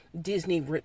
Disney